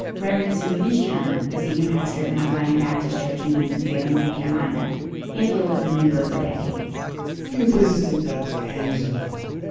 reverend serena's turn the senior pastor at mount zion baptist church in winston-salem north carolina angela was a member for decades if you visited that angelo